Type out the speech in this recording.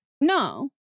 No